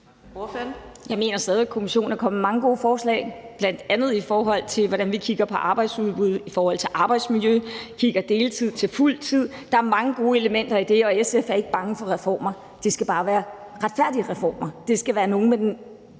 Jeg mener stadig væk, at kommissionen er kommet med mange gode forslag, bl.a. i forhold til hvordan vi kigger på arbejdsudbud, i forhold til arbejdsmiljø og i forhold til spørgsmålet om overgang fra deltid til fuldtid. Der er mange gode elementer i det, og SF er ikke bange for reformer – det skal bare være retfærdige reformer. De skal have en solidarisk